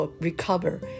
recover